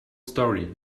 story